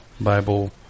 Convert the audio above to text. Bible